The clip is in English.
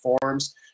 forms